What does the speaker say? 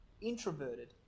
introverted